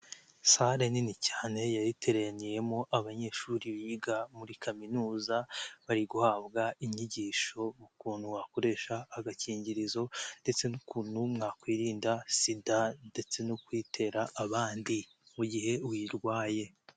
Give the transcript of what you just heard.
Salle nini cyane yariyateraniyemo abanyeshuri biga muri Kaminuza, bari guhabwa inyigisho ukuntu wakoresha agakingirizo ndetse n'ukuntu mwakwirinda SIDA ndetse no kuyitera abandi mu gihe uyirwaye.